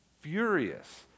furious